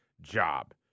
job